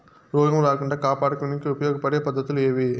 రోగం రాకుండా కాపాడుకునేకి ఉపయోగపడే పద్ధతులు ఏవి?